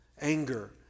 anger